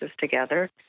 together